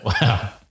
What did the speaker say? Wow